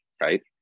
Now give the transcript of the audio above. right